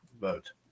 vote